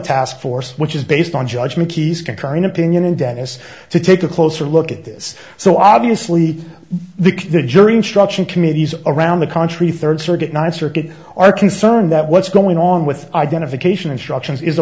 task force which is based on judgment keys concurring opinion and dennis to take a closer look at this so obviously the jury instruction communities around the country third circuit ninth circuit are concerned that what's going on with identification instructions is a